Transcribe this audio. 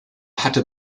hatte